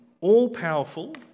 all-powerful